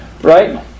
Right